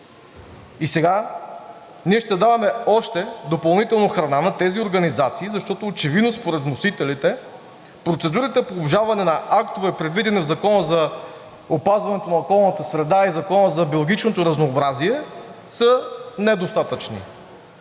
И сега ние ще даваме още допълнително храна на тези организации, защото очевидно според вносителите процедурите по обжалване на актове, предвидени в Закона за опазването на околната среда и Закона за биологичното разнообразие, са недостатъчно.